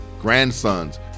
grandsons